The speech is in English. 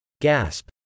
Gasp